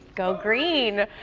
go green!